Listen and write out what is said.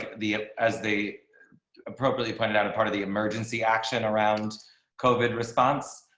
the as they appropriately pointed out a part of the emergency action around coven response.